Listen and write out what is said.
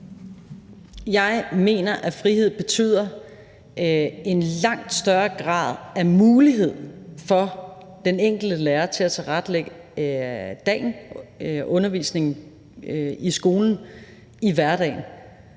Jeg mener, at frihed betyder langt flere muligheder for den enkelte lærer til at tilrettelægge dagen, undervisningen i skolen i hverdagen.